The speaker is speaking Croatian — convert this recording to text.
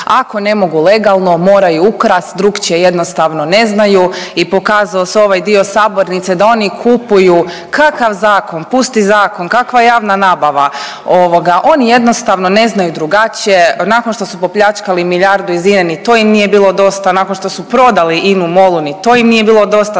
Ako ne mogu legalno moraju ukrasti, drukčije jednostavno ne znaju i pokazao se ovaj dio sabornice da oni kupuju kakav zakon, pusti zakon, kakva javna nabava? Oni jednostavno ne znaju drugačije. Nakon što su opljačkali milijardu iz INA-e ni to im nije bilo dosta. Nakon što su prodali INA-u MOL-u ni to im nije bilo dosta,